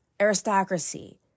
aristocracy